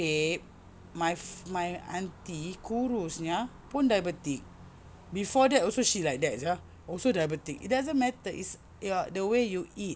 babe my my auntie kurus nya pun diabetic before that also she like that sia also diabetic it doesn't matter is your the way you eat